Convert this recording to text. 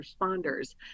responders